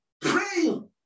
praying